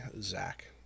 zach